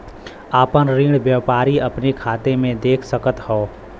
आपन ऋण व्यापारी अपने खाते मे देख सकत हौ